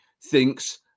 thinks